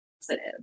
positive